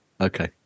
Okay